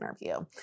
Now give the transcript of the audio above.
interview